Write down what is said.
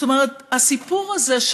הסיפור הזה,